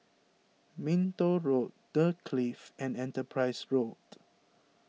Minto Road the Clift and Enterprise Road